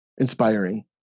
inspiring